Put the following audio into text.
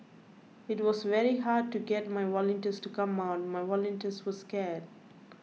it was very hard to get my volunteers to come out my volunteers were scared